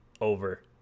over